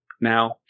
now